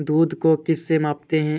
दूध को किस से मापते हैं?